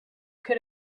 could